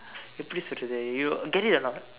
எப்படி சொல்லுறது:eppadi sollurathu you get it or not